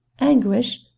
Anguish